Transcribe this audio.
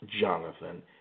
Jonathan